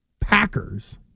Packers